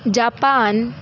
Japan